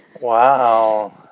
Wow